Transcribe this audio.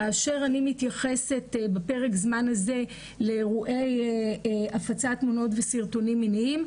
כאשר אני מתייחסת בפרק הזמן הזה לאירועי הפצת תמונות וסרטונים מיניים,